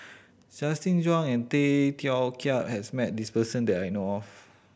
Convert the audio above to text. Justin Zhuang and Tay Teow Kiat has met this person that I know of